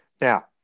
now